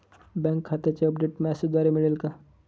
Bank खात्याचे update मेसेजद्वारे मिळेल का?